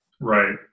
right